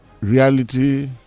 reality